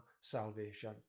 salvation